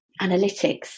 analytics